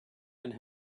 and